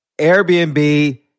Airbnb